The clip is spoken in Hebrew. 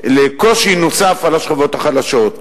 לקושי נוסף על השכבות החלשות.